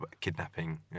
kidnapping